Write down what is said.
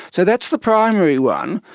so that's the primary one.